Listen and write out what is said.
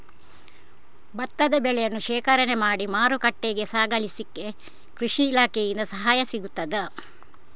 ಭತ್ತದ ಬೆಳೆಯನ್ನು ಶೇಖರಣೆ ಮಾಡಿ ಮಾರುಕಟ್ಟೆಗೆ ಸಾಗಿಸಲಿಕ್ಕೆ ಕೃಷಿ ಇಲಾಖೆಯಿಂದ ಸಹಾಯ ಸಿಗುತ್ತದಾ?